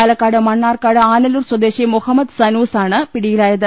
പാലക്കാട് മണ്ണാർക്കാട് ആനല്ലൂർ സ്വദേശി മുഹമ്മദ് സനൂസ് ആണ് പിടിയിലായത്